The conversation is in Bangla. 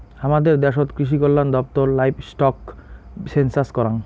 হামাদের দ্যাশোত কৃষিকল্যান দপ্তর লাইভস্টক সেনসাস করাং